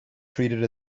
treated